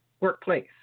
workplace